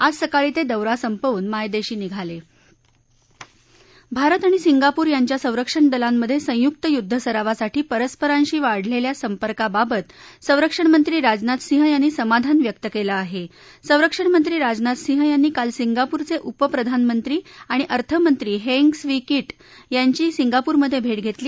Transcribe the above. आज सकाळी तव्विरा संपवून मायदधी निघाला भारत आणि सिंगापूर यांच्या संरक्षण दलांमध्यसियुक्त युद्दसरावासाठी परस्परांशी वाढलखिा संपर्काबाबत संरक्षणमंत्री राजनाथ सिंह यांनी समाधान व्यक्त कलि आह उंरक्षणमंत्री राजनाथ सिंह यांनी काल सिंगापूरच उपप्रधानमंत्री आणि अर्थमंत्री हेंग स्वी कीट यांची सिंगापूरमध्यभिष्ट घरली